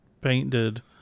painted